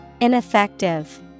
Ineffective